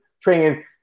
training